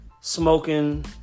smoking